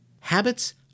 Habits